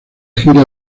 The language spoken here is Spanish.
gira